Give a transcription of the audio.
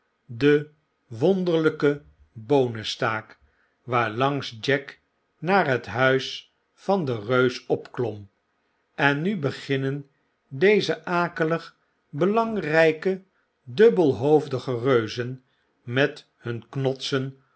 de wonderlijke boonenstaak waarlangs jack naar het huis van den eeus opklom en nu beginnen deze akelig belangrpe dubbelhoofdige reuzen met hun knodsen